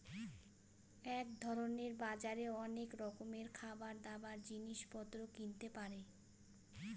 এক ধরনের বাজারে অনেক রকমের খাবার, দাবার, জিনিস পত্র কিনতে পারে